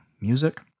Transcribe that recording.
music